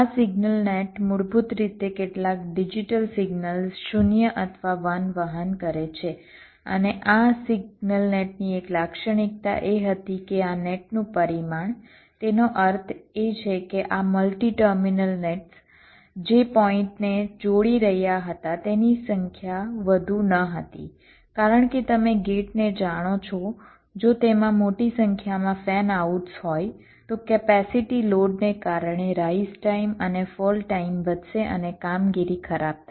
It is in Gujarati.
આ સિગ્નલ નેટ મૂળભૂત રીતે કેટલાક ડિજિટલ સિગ્નલ 0 અથવા 1 વહન કરે છે અને આ સિગ્નલ નેટની એક લાક્ષણિકતા એ હતી કે આ નેટનું પરિમાણ તેનો અર્થ એ છે કે આ મલ્ટી ટર્મિનલ નેટ્સ જે પોઈન્ટને જોડી રહ્યા હતા તેની સંખ્યા વધુ ન હતી કારણ કે તમે ગેટ ને જાણો છો જો તેમાં મોટી સંખ્યામાં ફેન આઉટ્સ હોય તો કેપેસિટી લોડ ને કારણે રાઈઝ ટાઇમ અને ફોલ ટાઇમ વધશે અને કામગીરી ખરાબ થશે